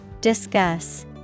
Discuss